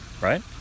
right